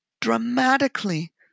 dramatically